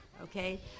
Okay